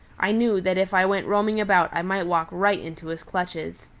i knew that if i went roaming about i might walk right into his clutches.